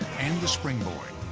and the springboard.